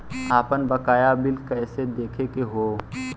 आपन बकाया बिल कइसे देखे के हौ?